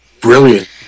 brilliant